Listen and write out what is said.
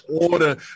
order